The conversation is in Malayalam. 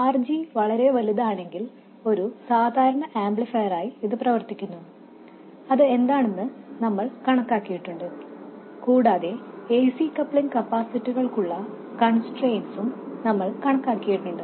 RG വളരെ വലുതാണെങ്കിൽ ഒരു സാധാരണ ആംപ്ലിഫയറായി ഇത് പ്രവർത്തിക്കുന്നു അത് എന്താണെന്ന് നമ്മൾ കണക്കാക്കിയിട്ടുണ്ട് കൂടാതെ ac കപ്ലിംഗ് കപ്പാസിറ്ററുകൾക്കുള്ള കൺസ്ട്രെയിൻസും നമ്മൾ കണക്കാക്കിയിട്ടുണ്ട്